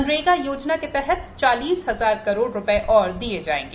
मनरेगा योजना के तहत चालीस हजार करोड रुपये और दिए जाएंगे